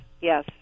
yes